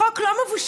חוק לא מבושל,